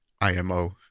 IMO